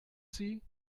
sie